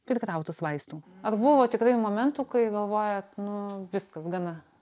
prikrautas vaistų ar buvo tikrai momentų kai galvojat nu viskas gana